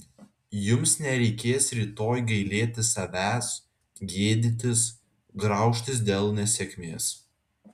jums nereikės rytoj gailėtis savęs gėdytis graužtis dėl nesėkmės